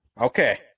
Okay